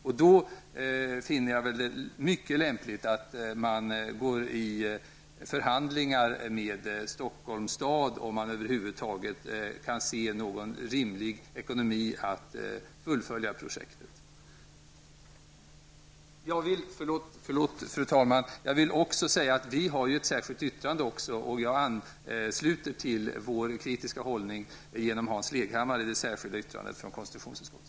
Och jag finner att det då är mycket lämpligt att man går in i förhandlingar med Stockholms stad, om man över huvud taget kan se någon rimlig ekonomi i att fullfölja projektet. Fru talman! Jag vill också säga att vi har fogat ett särskilt yttrande till betänkandet, och jag ansluter mig till partiets kritiska hållning genom Hans Leghammars särskilda yttrande som är fogat till betänkandet.